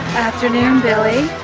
afternoon, billy.